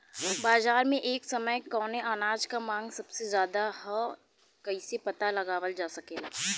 बाजार में एक समय कवने अनाज क मांग सबसे ज्यादा ह कइसे पता लगावल जा सकेला?